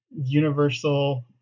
universal